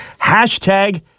Hashtag